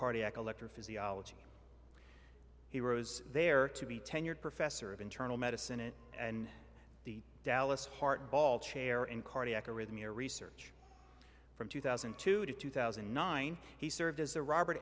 cardiac electrophysiology he rose there to be tenured professor of internal medicine it and the dallas heart ball chair and cardiac arrhythmia research from two thousand and two to two thousand and nine he served as the robert